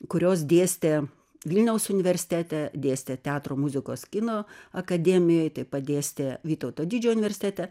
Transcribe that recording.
kurios dėstė vilniaus universitete dėstė teatro muzikos kino akademijoj taip pat dėstė vytauto didžiojo universitete